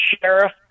sheriff